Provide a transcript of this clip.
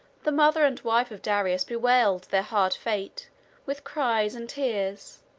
the mother and wife of darius bewailed their hard fate with cries and tears,